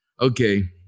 Okay